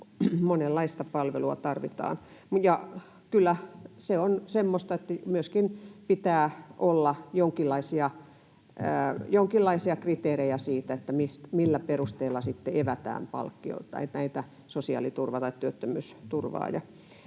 Monenlaista palvelua tarvitaan. Ja kyllä se on semmoista, että myöskin pitää olla jonkinlaisia kriteerejä sille, millä perusteella sitten evätään sosiaaliturva tai työttömyysturva.